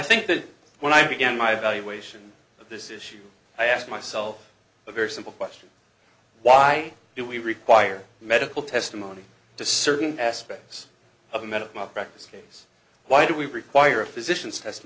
think that when i began my evaluation of this issue i asked myself a very simple question why do we require medical testimony to certain aspects of a medical malpractise case why do we require a physician's